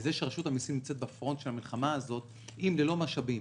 וזה שרשות המסים נמצאת בפרונט של המלחמה הזאת ללא משאבים,